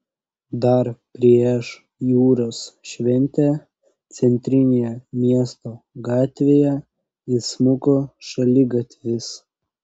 dar prieš jūros šventę centrinėje miesto gatvėje įsmuko šaligatvis